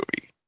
movie